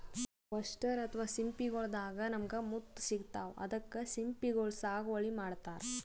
oyster ಅಥವಾ ಸಿಂಪಿಗೊಳ್ ದಾಗಾ ನಮ್ಗ್ ಮುತ್ತ್ ಸಿಗ್ತಾವ್ ಅದಕ್ಕ್ ಸಿಂಪಿಗೊಳ್ ಸಾಗುವಳಿ ಮಾಡತರ್